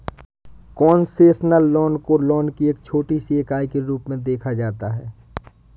concessional loan को loan की एक छोटी सी इकाई के रूप में देखा जाता है